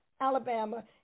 Alabama